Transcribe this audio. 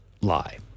lie